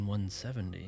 170